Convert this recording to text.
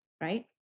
right